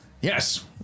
Yes